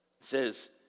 says